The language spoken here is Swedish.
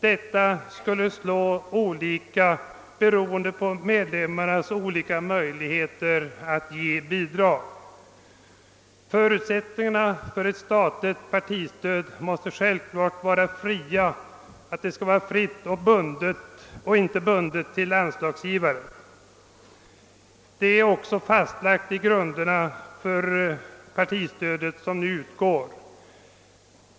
Detta skulle slå olika beroende på deras skilda möjligheter att ge bidrag. Förutsättningen för ett statligt partistöd är naturligtvis att det måste vara fritt och inte bundet till anslagsgivaren. Detta är också fastlagt i grunderna för det partistöd som nu utgår.